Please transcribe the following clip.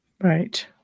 right